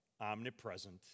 omnipresent